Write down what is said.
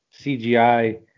CGI